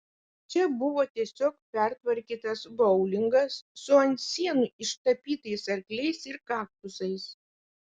čia buvo tiesiog pertvarkytas boulingas su ant sienų ištapytais arkliais ir kaktusais